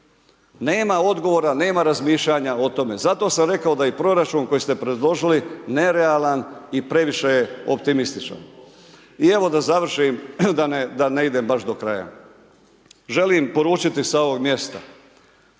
Nema odgovora, nema razmišljanja o tome. Zato sam rekao da je proračun koji ste predložili nerealan i previše je optimističan. I evo da završim da ne idem baš do kraja. Želim poručiti sa ovog mjesta.